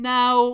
Now